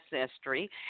Ancestry